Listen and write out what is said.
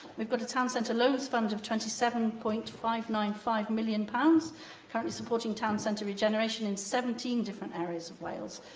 we've got a town centre loans fund of twenty seven point five nine five million pounds currently supporting town centre regeneration in seventeen different areas of wales.